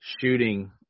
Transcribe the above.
shooting